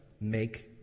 make